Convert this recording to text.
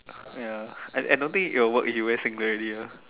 ya I don't think it'll work if you wear singlet already ah